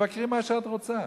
תבקרי מה שאת רוצה.